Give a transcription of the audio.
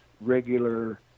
regular